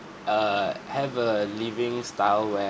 err have a living style where